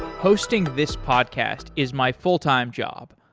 hosting this podcast is my full-time job,